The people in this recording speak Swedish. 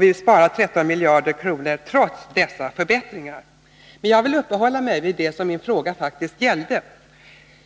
Vi sparar samtidigt netto 13 miljarder kronor, trots dessa förbättringar. Jag vill uppehålla mig vid det som min fråga faktiskt gällde.